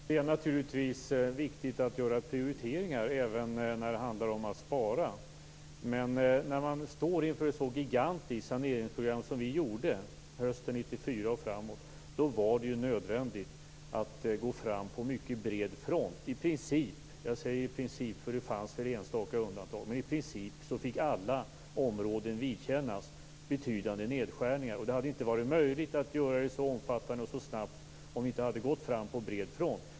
Herr talman! Det är naturligtvis viktigt att göra prioriteringar även när det handlar om att spara. Men när man står inför ett så gigantiskt saneringsprogram som vi gjorde hösten 1994 och framåt är det nödvändigt att gå fram på mycket bred front. I princip - jag säger i princip, för det fanns väl enstaka undantag - fick alla områden vidkännas betydande nedskärningar. Det hade inte varit möjligt att göra det så omfattande och så snabbt om vi inte hade gått fram på bred front.